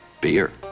beer